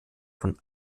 von